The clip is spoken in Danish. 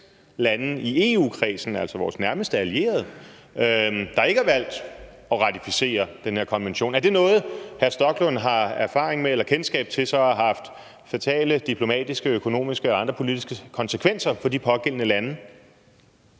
lande i EU-kredsen, altså vores nærmeste allierede, der har valgt ikke at ratificere den her konvention. Er det noget, hr. Rasmus Stoklund har erfaring med eller kendskab til har haft fatale diplomatiske, økonomiske og andre politiske konsekvenser for de pågældende lande?